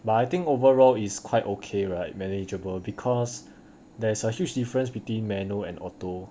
but I think overall is quite okay right manageable because there is a huge difference between manual and auto